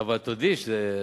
אבל תודי שזה,